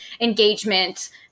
engagement